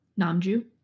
Namju